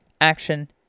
action